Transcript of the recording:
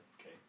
okay